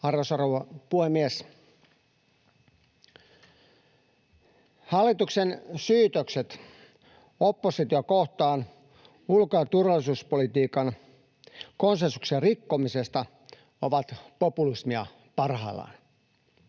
Arvoisa rouva puhemies! Hallituksen syytökset oppositiota kohtaan ulko- ja turvallisuuspolitiikan konsensuksen rikkomisesta ovat populismia parhaillaan.